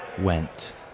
went